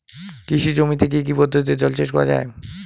কৃষি জমিতে কি কি পদ্ধতিতে জলসেচ করা য়ায়?